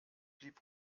blieb